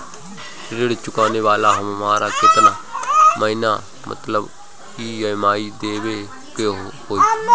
ऋण चुकावेला हमरा केतना के महीना मतलब ई.एम.आई देवे के होई?